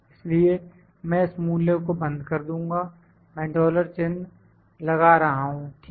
इसलिए मैं इस मूल्य को बंद कर दूँगा मैं डॉलर चिन्ह लगा रहा हूं ठीक है